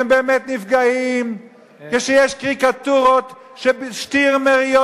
והם באמת נפגעים כשיש קריקטורות שטירמריות,